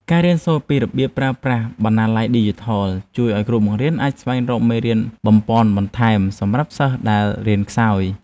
ការរៀនសូត្រពីរបៀបប្រើប្រាស់បណ្ណាល័យឌីជីថលជួយឱ្យគ្រូបង្រៀនអាចស្វែងរកមេរៀនបំប៉នបន្ថែមសម្រាប់សិស្សដែលរៀនខ្សោយ។